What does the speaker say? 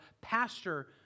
pastor